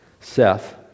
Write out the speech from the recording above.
Seth